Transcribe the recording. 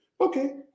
okay